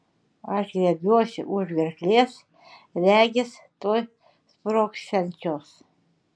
aš griebiuosi už gerklės regis tuoj sprogsiančios